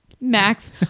Max